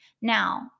Now